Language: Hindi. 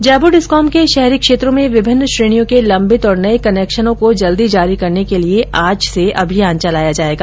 जयपुर डिस्कॉम के शहरी क्षेत्रों में विभिन्न श्रेणियों के लम्बित और नए कनेक्शनों को जल्दी जारी करने के लिए आज से अभियान चलाया जाएगा